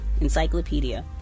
Encyclopedia